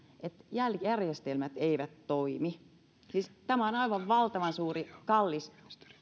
että järjestelmät eivät toimi siis tämä on aivan valtavan suuri ja kallis